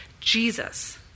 Jesus